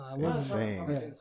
insane